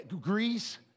Greece